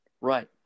Right